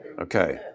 Okay